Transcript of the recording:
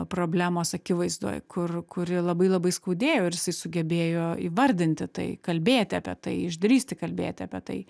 problemos akivaizdoj kur kuri labai labai skaudėjo ir jisai sugebėjo įvardinti tai kalbėti apie tai išdrįsti kalbėti apie tai